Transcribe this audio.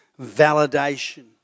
validation